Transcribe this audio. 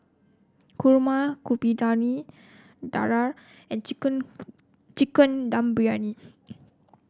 Kurma Kuih Dadar and chicken Chicken Dum Briyani